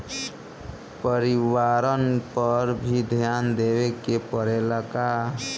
परिवारन पर भी ध्यान देवे के परेला का?